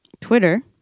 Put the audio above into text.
Twitter